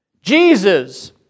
Jesus